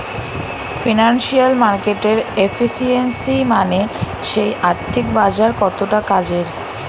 financial মার্কেটের efficiency মানে সেই আর্থিক বাজার কতটা কাজের